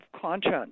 conscience